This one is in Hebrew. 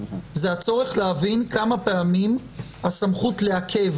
זה הצורך להבין כמה פעמים הסמכות לעכב